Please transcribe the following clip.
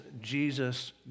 Jesus